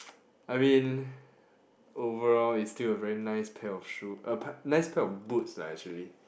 I mean overall it's still a very nice pair of shoe uh nice pair of boots lah actually